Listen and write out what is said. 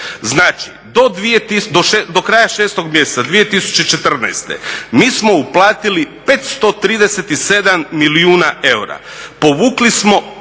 Znači, do kraja 6. mjeseca 2014. mi smo uplatili 537 milijuna eura, povukli smo